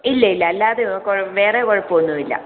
ഇല്ല ഇല്ല അല്ലാതെ കുഴപ്പം വേറെ കൊഴപ്പമൊന്നുവില്ല